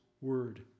word